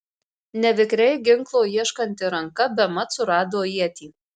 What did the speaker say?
nevikriai ginklo ieškanti ranka bemat surado ietį